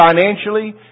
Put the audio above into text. financially